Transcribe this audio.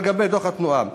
בדוח התנועה,